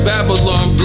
Babylon